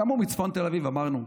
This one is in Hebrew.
גם הוא מצפון תל אביב, אמרנו.